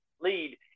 lead